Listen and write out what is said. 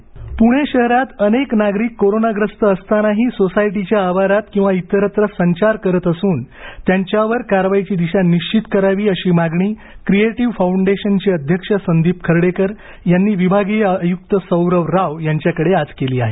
संदीप खांडेकर पूणे शहरात अनेक नागरिक कोरोनाग्रस्त असतानाही सोसायटीच्या आवारात किंवा इतरत्र संचार करत असून त्यांच्यावर कारवाईची दिशा निश्वित करावी अशी मागणी क्रिएटिव फाउंडेशनचे अध्यक्ष संदीप खर्डेकर यांनी विभागीय आयुक्त सौरव राव यांच्याकडे आज केली आहे